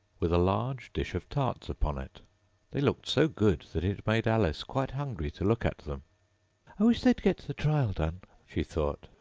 with a large dish of tarts upon it they looked so good, that it made alice quite hungry to look at them i wish they'd get the trial done she thought,